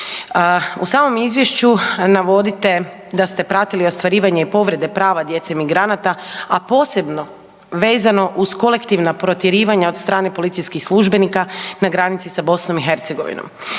U samom Izvješću navodite da ste pratili ostvarivanje i povrede prava djece migranata, a posebno vezano uz kolektivna protjerivanja od strane policijskih službenika na granici sa Bosnom i Hercegovinom.